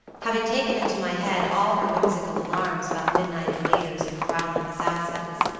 having taken into my head all her whimsical alarms about midnight invaders and prowling assassins.